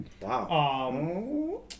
Wow